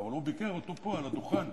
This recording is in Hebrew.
אבל הוא ביקר אותו פה, על הדוכן,